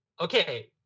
okay